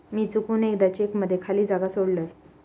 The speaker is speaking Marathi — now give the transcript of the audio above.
मी चुकून एकदा चेक मध्ये खाली जागा सोडलय